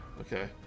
Okay